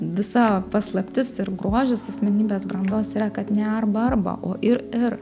visa paslaptis ir grožis asmenybės brandos yra kad ne arba arba o ir ir